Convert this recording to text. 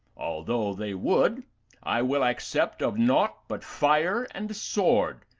although they would i will accept of nought but fire and sword,